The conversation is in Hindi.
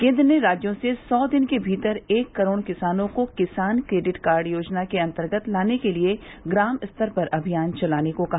केन्द्र ने राज्यों से सौ दिन के भीतर एक करोड़ किसानों को किसान क्रेडिट कार्ड योजना के अंतर्गत लाने के लिए ग्राम स्तर पर अभियान चलाने को कहा